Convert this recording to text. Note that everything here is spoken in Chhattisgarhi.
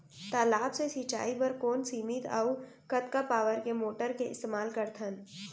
तालाब से सिंचाई बर कोन सीमित अऊ कतका पावर के मोटर के इस्तेमाल करथन?